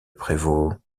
prévôt